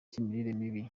cy’imirire